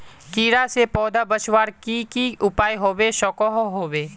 कीड़ा से पौधा बचवार की की उपाय होबे सकोहो होबे?